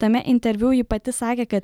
tame interviu ji pati sakė kad